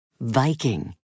Viking